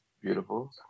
beautiful